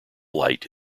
light